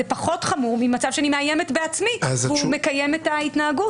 זה פחות חמור ממצב שאני מאיימת בעצמי והוא מקיים את ההתנהגות.